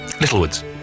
Littlewoods